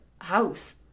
house